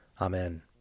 Amen